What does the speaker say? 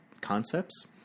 concepts